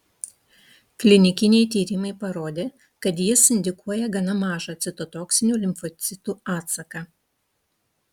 klinikiniai tyrimai parodė kad jis indukuoja gana mažą citotoksinių limfocitų atsaką